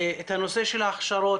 הנושא של ההכשרות,